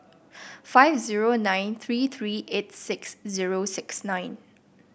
five zero nine three three eight six zero six nine